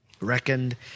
reckoned